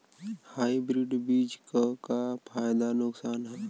Hybrid बीज क का फायदा नुकसान ह?